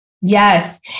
Yes